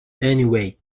anyway